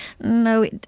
no